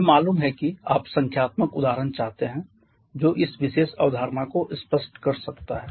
मुझे मालूम है कि आप संख्यात्मक उदाहरण चाहते हैं जो इस विशेष अवधारणा को स्पष्ट कर सकता है